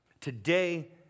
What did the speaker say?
Today